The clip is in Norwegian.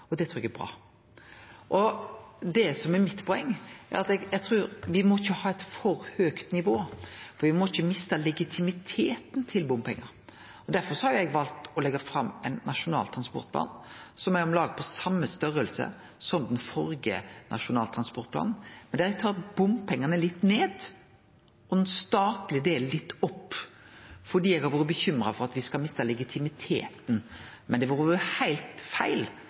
og det er bra. Det som er mitt poeng, er at eg trur ikkje me må ha eit for høgt nivå, for me må ikkje miste legitimiteten til bompengar. Derfor har eg valt å leggje fram ein nasjonal transportplan som er på om lag same størrelse som den førre nasjonale transportplanen. Der tar eg bompengedelen litt ned og den statlege delen litt opp fordi eg har vore bekymra for at me skal miste legitimiteten. Men det hadde vore heilt feil,